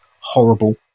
horrible